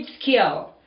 skill